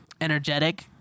Energetic